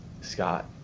Scott